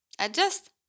Adjust